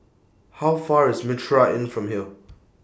How Far IS Mitraa Inn from here